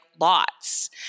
lots